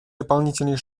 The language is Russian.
дополнительные